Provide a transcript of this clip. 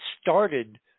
started